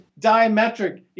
diametric